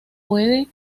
puede